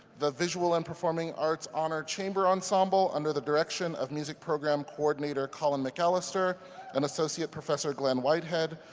the visual and performing arts honor chamber ensemble under the direction of music program co-coordinator colin mcallister and associate professor glen whitehead.